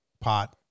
pot